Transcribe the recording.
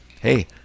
hey